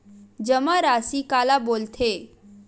जमा राशि काला बोलथे?